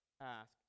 ask